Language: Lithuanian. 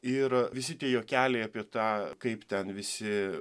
ir visi tie juokeliai apie tą kaip ten visi